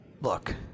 Look